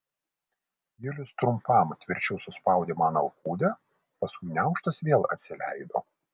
julius trumpam tvirčiau suspaudė man alkūnę paskui gniaužtas vėl atsileido